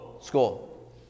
school